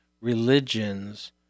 religions